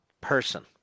person